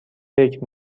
فکر